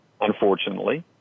unfortunately